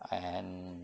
and